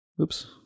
oops